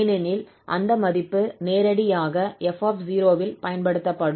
ஏனெனில் அந்த மதிப்பு நேரடியாக 𝑓 ல் பயன்படுத்தப்படும்